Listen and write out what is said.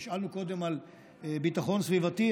נשאלנו קודם על ביטחון סביבתי,